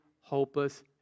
hopeless